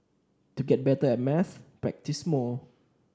to get better at maths practise more